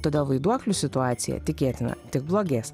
todėl vaiduoklių situacija tikėtina tik blogės